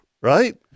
right